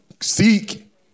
Seek